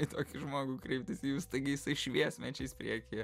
į tokį žmogų kreiptis jūs taigi jisai šviesmečiais priekyje